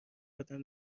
آدم